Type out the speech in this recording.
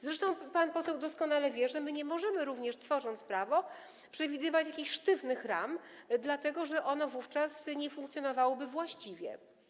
Zresztą pan poseł doskonale wie, że my nie możemy również, tworząc prawo, przewidywać jakichś sztywnych ram, dlatego że ono wówczas nie funkcjonowałoby właściwie.